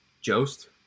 jost